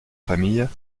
familles